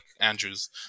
Andrew's